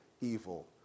evil